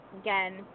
again